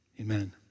amen